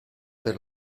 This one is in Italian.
per